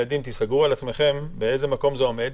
שתיסגרו על עצמכם, באיזה מקום זה עומד.